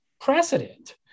precedent